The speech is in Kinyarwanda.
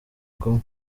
kumwe